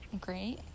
great